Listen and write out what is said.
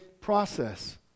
process